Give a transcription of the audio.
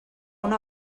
una